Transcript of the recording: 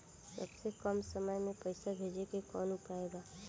सबसे कम समय मे पैसा भेजे के कौन उपाय बा?